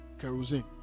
kerosene